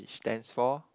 it stands for